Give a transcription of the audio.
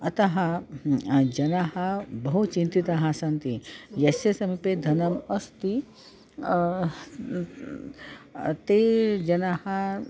अतः जनाः बहु चिन्तिताः सन्ति यस्य समीपे धनम् अस्ति ते जनाः